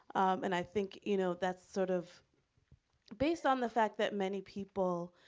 and i think, you know, that's sort of based on the fact that many people,